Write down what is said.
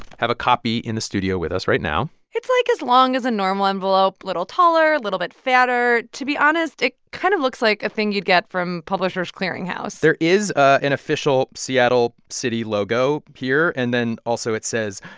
have a copy in the studio with us right now it's like, as long as a normal envelope little taller, little bit fatter. to be honest, it kind of looks like a thing you'd get from publishers clearing house there is an official seattle city logo here. and then, also, it says,